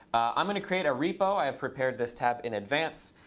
i'm going to create a repo. i have prepared this tab in advance.